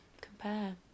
compare